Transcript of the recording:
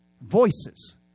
Voices